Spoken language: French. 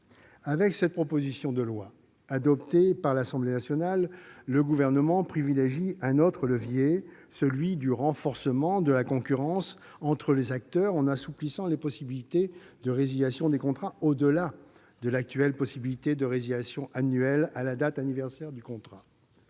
Avec cette proposition de loi adoptée par l'Assemblée nationale, le Gouvernement privilégie un autre levier, celui du renforcement de la concurrence entre les acteurs, en assouplissant les possibilités de résiliation des contrats au-delà de l'actuelle possibilité de résiliation annuelle à la date anniversaire du contrat.